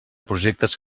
projectes